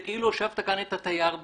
זה כאילו הושבת כאן את התייר בעצמו,